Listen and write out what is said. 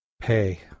pay